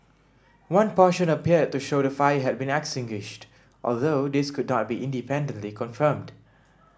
one portion appeared to show the fire had been extinguished although this could not be independently confirmed